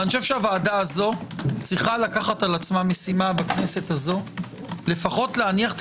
אני חושב שהוועדה הזו צריכה לקחת עת עצמה משימה לכנסת הזו לפחות להניח את